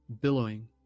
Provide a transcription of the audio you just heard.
billowing